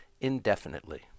indefinitely